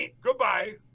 Goodbye